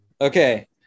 Okay